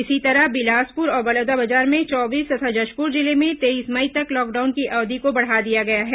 इसी तरह बिलासपुर और बलौदाबाजार में चौबीस तथा जशपुर जिले में तेईस मई तक लॉकडाउन की अवधि को बढ़ा दिया गया है